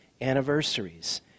anniversaries